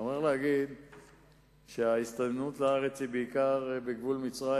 אני מוכרח להגיד שההסתננות לארץ היא בעיקר בגבול מצרים,